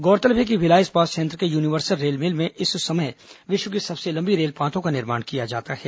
गौरतलब है कि भिलाई इस्पात संयंत्र के यूनिवर्सल रेल मिल में इस समय विश्व की सबसे लम्बी रेलपातों का निर्माण किया जाता है